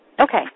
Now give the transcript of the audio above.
Okay